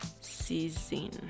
season